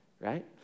right